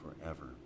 forever